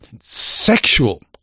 sexual